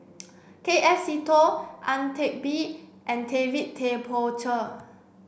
K F Seetoh Ang Teck Bee and David Tay Poey Cher